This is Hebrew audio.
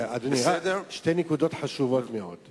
שתי נקודות חשובות מאוד.